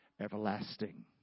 everlasting